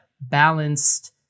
balanced